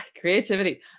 Creativity